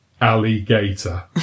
Alligator